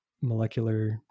molecular